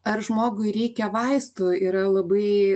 ar žmogui reikia vaistų yra labai